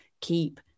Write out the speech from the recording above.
keep